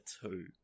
two